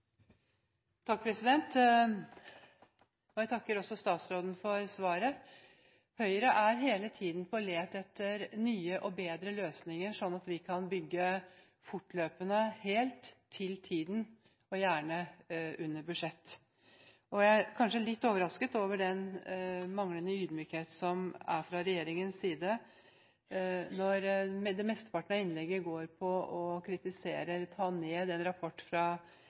Jeg takker statsråden for svaret. Høyre er hele tiden på leting etter nye og bedre løsninger, slik at vi kan bygge fortløpende – til riktig tid og gjerne under budsjett. Jeg er kanskje litt overrasket over den manglende ydmykhet som er fra regjeringens side, når mesteparten av innlegget går på å kritisere eller ta ned en rapport